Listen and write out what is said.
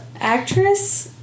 actress